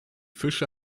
fische